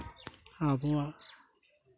ᱟᱵᱚᱣᱟᱜ